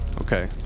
Okay